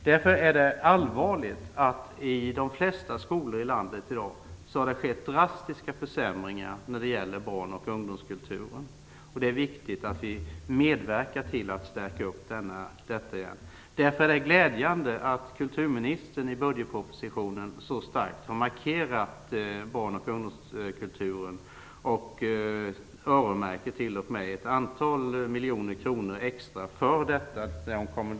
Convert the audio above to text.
Därför är det allvarligt att det i de flesta skolor i landet i dag skett drastiska försämringar när det gäller barn och ungdomskulturen. Det är viktigt att vi medverkar till att stärka den. Och det är glädjande att kulturministern i budgetpropositionen så starkt markerat barn och ungdomskulturen och t.o.m. öronmärker ett antal miljoner kronor extra för det ändamålet.